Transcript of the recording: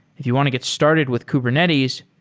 if you want to get started with kubernetes,